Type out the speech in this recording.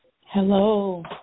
Hello